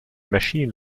machine